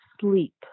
sleep